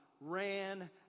ran